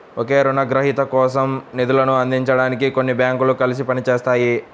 ఒకే రుణగ్రహీత కోసం నిధులను అందించడానికి కొన్ని బ్యాంకులు కలిసి పని చేస్తాయి